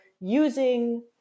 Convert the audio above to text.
using